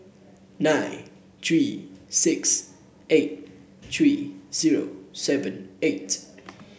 nine three six eight three zero seven eight